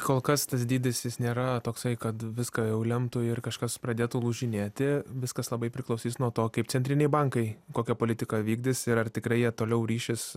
kol kas tas dydis jis nėra toksai kad viską jau lemtų ir kažkas pradėtų lūžinėti viskas labai priklausys nuo to kaip centriniai bankai kokią politiką vykdys ir ar tikrai jie toliau ryšis